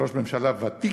וראש ממשלה ותיק,